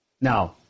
Now